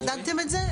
בדקתם את זה?